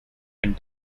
and